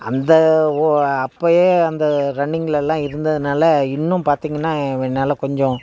அந்த ஓ அப்போயே அந்த ரன்னிங்க்லெலாம் இருந்ததினால இன்னும் பார்த்திங்கனா என்னால் கொஞ்சம்